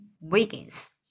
Wiggins